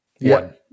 One